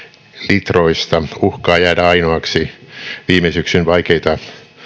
litroista uhkaa jäädä ainoaksi viime syksyn vaikeita